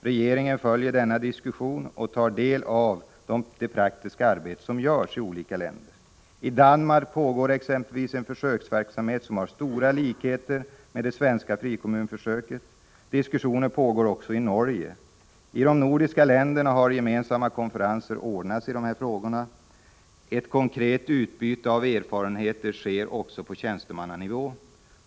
Regeringen följer denna diskussion och tar del av det praktiska arbete som görs i olika länder. I Danmark pågår exempelvis en försöksverksamhet som har stora likheter med det svenska frikommunsförsöket. Diskussioner pågår också i Norge. I de nordiska länderna har gemensamma konferenser anordnats i dessa frågor. Ett konkret utbyte av erfarenheter sker också på tjänstemannanivå.